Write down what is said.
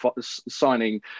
signing